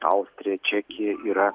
austrija čekija yra